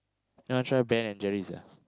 you want to try Ben-and-Jerry's ah